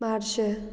मार्शें